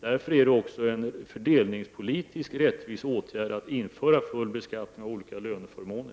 Därför är det också en fördelningspolitiskt rättvis åtgärd att införa full beskattning av olika löneförmåner.